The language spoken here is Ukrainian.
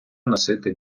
носити